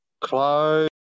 close